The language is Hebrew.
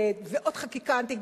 ועוד חקיקה אחרת,